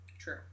True